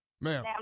Ma'am